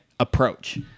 approach